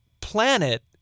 planet